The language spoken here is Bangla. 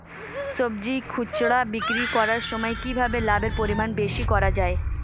সবজি খুচরা বিক্রি করার সময় কিভাবে লাভের পরিমাণ বেশি করা যায়?